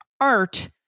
art